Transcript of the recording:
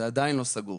זה עדיין לא סגור.